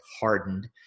hardened